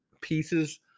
pieces